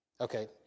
okay